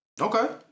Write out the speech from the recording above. Okay